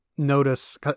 Notice